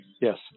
Yes